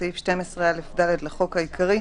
בסעיף 12א(ד) לחוק העיקרי,